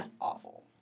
awful